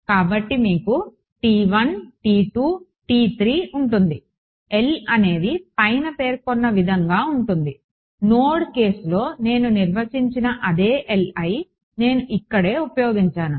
కాబట్టి మీకు ఉంటుంది L అనేది పైన పేర్కొన్న విధంగానే ఉంటుంది నోడ్ కేసులో నేను నిర్వచించిన అదే Li నేను ఇక్కడే ఉపయోగించాను